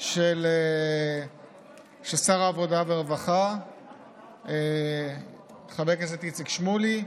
של שר העבודה והרווחה חבר הכנסת איציק שמולי,